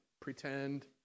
Pretend